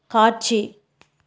காட்சி